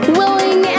willing